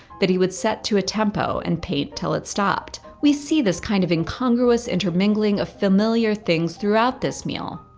that he would set to a tempo and paint till it stopped. we see this kind of incongruous intermingling of familiar things throughout this meal.